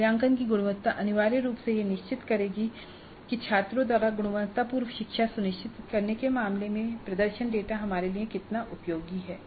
मूल्यांकन की गुणवत्ता अनिवार्य रूप से यह निर्धारित करेगी कि छात्रों द्वारा गुणवत्तापूर्ण शिक्षा सुनिश्चित करने के मामले में प्रदर्शन डेटा हमारे लिए कितना उपयोगी है